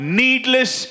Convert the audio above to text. needless